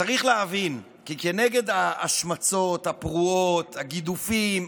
צריך להבין כי כנגד ההשמצות הפרועות, הגידופים,